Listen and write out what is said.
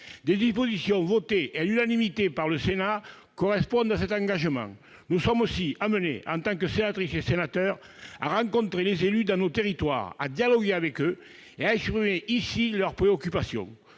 Des dispositions votées à l'unanimité par le Sénat correspondent à cet engagement. Nous sommes aussi amenés, en tant que sénatrices et sénateurs, à rencontrer les élus dans nos territoires, à dialoguer avec eux et à exprimer ici leurs préoccupations.